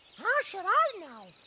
ah should i know?